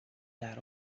that